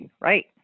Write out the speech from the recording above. Right